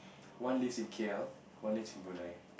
one lives in K_L one lives in Brunei